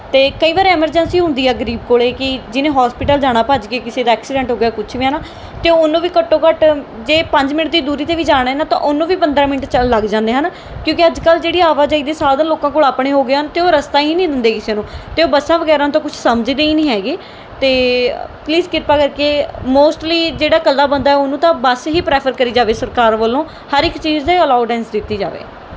ਅਤੇ ਕਈ ਵਾਰ ਐਮਰਜੈਂਸੀ ਹੁੰਦੀ ਆ ਗਰੀਬ ਕੋਲੇ ਕਿ ਜਿਹਨੇ ਹੋਸਪਿਟਲ ਜਾਣਾ ਭੱਜ ਕੇ ਕਿਸੇ ਦਾ ਐਕਸੀਡੈਂਟ ਹੋ ਗਿਆ ਕੁਛ ਵੀ ਨਾ ਅਤੇ ਉਹਨੂੰ ਵੀ ਘੱਟੋ ਘੱਟ ਜੇ ਪੰਜ ਮਿੰਟ ਦੀ ਦੂਰੀ 'ਤੇ ਵੀ ਜਾਣਾ ਨਾ ਤਾਂ ਉਹਨੂੰ ਵੀ ਪੰਦਰਾਂ ਮਿੰਟ ਚਲ ਲੱਗ ਜਾਂਦੇ ਹਨ ਕਿਉਂਕਿ ਅੱਜ ਕੱਲ੍ਹ ਜਿਹੜੀ ਆਵਾਜਾਈ ਦੇ ਸਾਧਨ ਲੋਕਾਂ ਕੋਲ ਆਪਣੇ ਹੋ ਗਏ ਹਨ ਅਤੇ ਉਹ ਰਸਤਾ ਹੀ ਨਹੀਂ ਦਿੰਦੇ ਕਿਸੇ ਨੂੰ ਅਤੇ ਉਹ ਬੱਸਾਂ ਵਗੈਰਾ ਤੋਂ ਕੁਝ ਸਮਝਦੇ ਹੀ ਨਹੀਂ ਹੈਗੇ ਅਤੇ ਪਲੀਜ਼ ਕਿਰਪਾ ਕਰਕੇ ਮੋਸਟਲੀ ਜਿਹੜਾ ਇਕੱਲਾ ਬੰਦਾ ਉਹਨੂੰ ਤਾਂ ਬੱਸ ਹੀ ਪ੍ਰੈਫਰ ਕਰੀ ਜਾਵੇ ਸਰਕਾਰ ਵੱਲੋਂ ਹਰ ਇੱਕ ਚੀਜ਼ ਦੇ ਅਲਾਊਡੈਂਸ ਦਿੱਤੀ ਜਾਵੇ